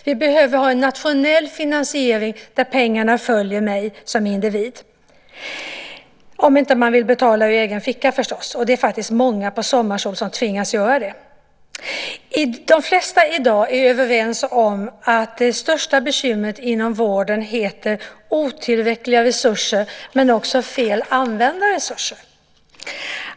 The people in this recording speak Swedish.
Vi behöver ha en nationell finansiering där pengarna följer mig som individ - om man inte vill betala ur egen ficka, förstås. Det är faktiskt många på Sommarsol som tvingas göra det. De flesta är i dag överens om att det största bekymret inom vården heter otillräckliga resurser, men också fel använda resurser.